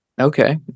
Okay